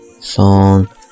song